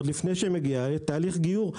עוד לפני שמגיע --- תהליך גיור?